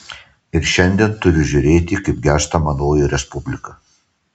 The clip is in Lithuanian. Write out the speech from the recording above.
ir šiandien turiu žiūrėti kaip gęsta manoji respublika